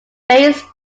face